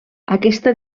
aquesta